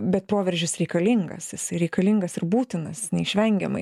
bet proveržis reikalingas jisai reikalingas ir būtinas neišvengiamai